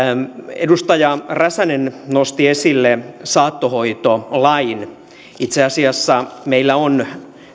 edustaja räsänen nosti esille saattohoitolain itse asiassa meillä on